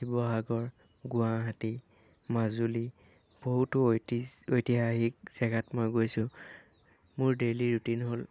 শিৱসাগৰ গুৱাহাটী মাজুলী বহুতো ঐতিজ ঐতিহাসিক জেগাত মই গৈছোঁ মোৰ ডেইলী ৰুটিন হ'ল